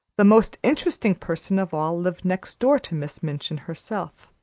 the most interesting person of all lived next door to miss minchin herself.